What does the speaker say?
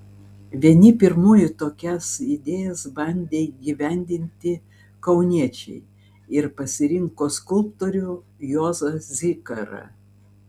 vieni pirmųjų tokias idėjas bandė įgyvendinti kauniečiai ir pasirinko skulptorių juozą zikarą